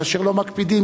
כאשר לא מקפידים,